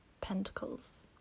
Pentacles